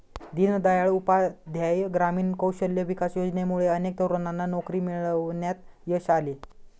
दीनदयाळ उपाध्याय ग्रामीण कौशल्य विकास योजनेमुळे अनेक तरुणांना नोकरी मिळवण्यात यश आले